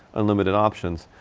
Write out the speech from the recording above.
unlimited options.